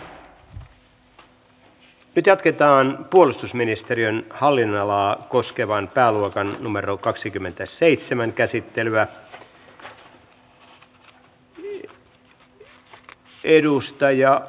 eikö nyt olisi syytä vetää pakkolait pois jotta tulisi uskottavuutta valmisteluun